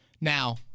Now